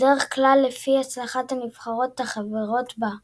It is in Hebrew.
בדרך כלל לפי הצלחת הנבחרות החברות בה.